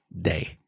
Day